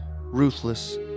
ruthless